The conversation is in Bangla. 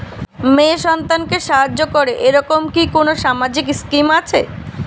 মেয়ে সন্তানকে সাহায্য করে এরকম কি কোনো সামাজিক স্কিম আছে?